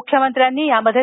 मुख्यमंत्र्यांनी यामध्ये